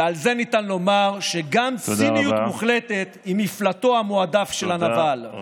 ועל זה ניתן לומר שגם ציניות מוחלטת היא מפלטו המועדף של הנבל.